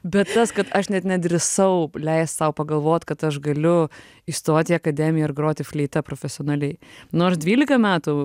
bet tas kad aš net nedrįsau leist sau pagalvot kad aš galiu įstot į akademiją ir groti fleita profesionaliai nors dvylika metų